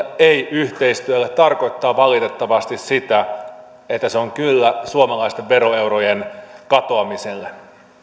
ei yhteistyölle tarkoittaa valitettavasti sitä että se on kyllä suomalaisten veroeurojen katoamiselle